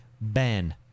Ban